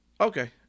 Okay